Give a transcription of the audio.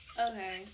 Okay